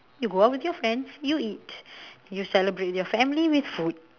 if work with your friends you eat you celebrate with your family with food